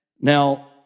Now